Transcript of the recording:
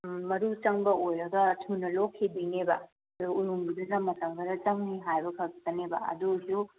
ꯎꯝ ꯃꯔꯨ ꯆꯪꯕ ꯑꯣꯏꯔꯒ ꯊꯨꯅ ꯂꯣꯛꯈꯤꯗꯣꯏꯅꯦꯕ ꯑꯗꯣ ꯎꯔꯨꯝꯒꯤꯗꯨꯅ ꯃꯇꯝ ꯈꯔ ꯆꯪꯅꯤ ꯍꯥꯏꯕꯈꯛꯇꯅꯦꯕ ꯑꯗꯨ ꯑꯣꯏꯔꯁꯨ